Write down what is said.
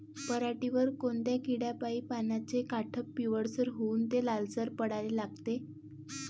पऱ्हाटीवर कोनत्या किड्यापाई पानाचे काठं पिवळसर होऊन ते लालसर पडाले लागते?